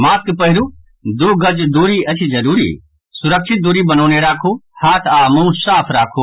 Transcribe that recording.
mask पहिरू दू गज दूरी अछि जरूरी सुरक्षित दूरी बनौने राखू हाथ आ मुंह साफ राखू